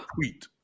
tweet